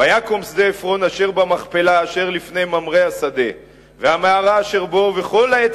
ויקם שדה עפרון אשר במכפלה אשר לפני ממרא השדה והמערה אשר בו וכל העץ